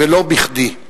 ולא בכדי.